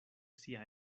sia